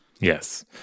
Yes